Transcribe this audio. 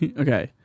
okay